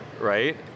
right